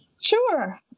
Sure